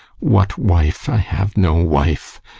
what wife? i have no wife.